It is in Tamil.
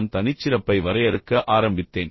நான் தனிச்சிறப்பை வரையறுக்க ஆரம்பித்தேன்